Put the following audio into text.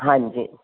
ਹਾਂਜੀ